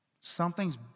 something's